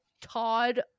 Todd